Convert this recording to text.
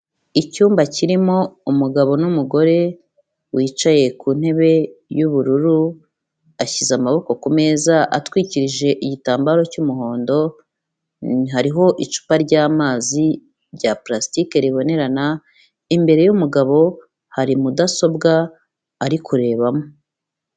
Icyumba kirimo umugabo n'umugore wicaye ku ntebe y'ubururu ashyize amaboko ku meza atwikirije igitambaro cy'muhondo, hariho icupa ryamazi rya plastic ribonerana, imbere y'umugabo hari mudasobwa ari kurebamo.